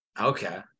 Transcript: Okay